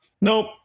Nope